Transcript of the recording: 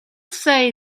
say